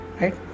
right